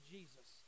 Jesus